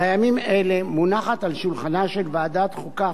בימים אלה מונחת על שולחנה של ועדת החוקה,